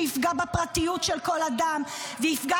שיפגע בפרטיות של כל אדם ------- ויפגע